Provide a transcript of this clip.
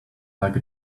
like